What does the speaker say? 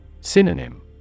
Synonym